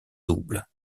double